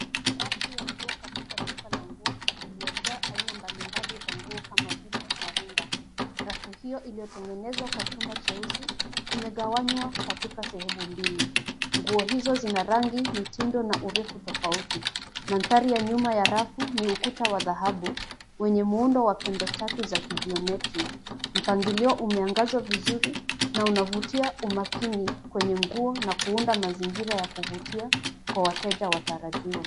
Rafu ya nguo katika duka la nguo, iliyojaa aina mbalimbali za nguo kama vile marinda. Rafu hiyo iliyotengenezwa kwa chuma cheusi, imegawanywa katika sehemu mbili. Nguo hizo zina rangi, mitindo, na urefu tofauti. Mandhari ya nyuma ya rafu, ni ukuta wa dhahabu, wenye muundo wa pembe tatu za kijiometri. Mpangilio umeangazwa vizuri, na unavutia umakini kwenye nguo, na kuunda mazingira ya kuvutia, kwa wateja watarajiwa.